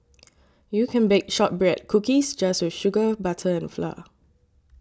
you can bake Shortbread Cookies just with sugar butter and flour